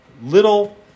little